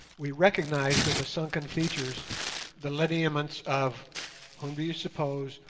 we recognized in the sunken features the lineaments of whom do you suppose?